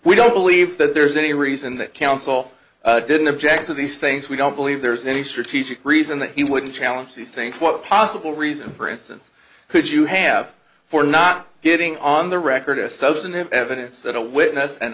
we don't believe that there's any reason that counsel didn't object to these things we don't believe there's any strategic reason that he wouldn't challenge these things what possible reason for instance could you have for not getting on the record a substantive evidence that a witness and